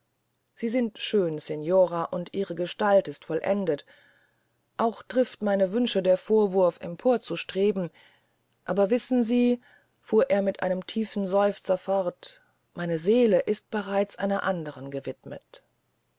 sie sind schön signora und ihre gestalt ist vollendet auch trift meine wünsche der vorwurf empor zu streben aber wissen sie fuhr er mit einem tiefen seufzer fort meine seele ist bereits einer andern gewidmet